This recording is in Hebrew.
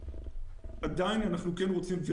עדיין אנחנו כן רוצים,